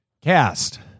Cast